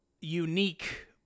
unique